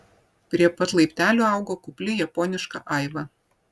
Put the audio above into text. prie pat laiptelių augo kupli japoniška aiva